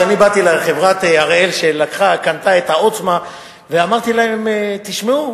כשאני באתי לחברת "הראל" שקנתה את "עוצמה" אמרתי להם: תשמעו,